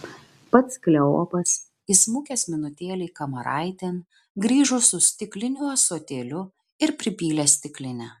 pats kleopas įsmukęs minutėlei kamaraitėn grįžo su stikliniu ąsotėliu ir pripylė stiklinę